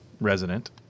resident